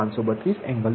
532 angle 183